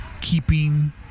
keeping